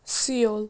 Seoul